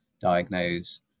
diagnose